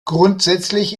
grundsätzlich